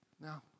Now